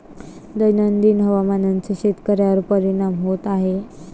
दैनंदिन हवामानाचा शेतकऱ्यांवर परिणाम होत आहे